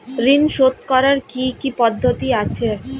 ঋন শোধ করার কি কি পদ্ধতি আছে?